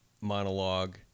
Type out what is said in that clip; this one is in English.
monologue